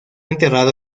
enterrado